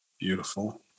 Beautiful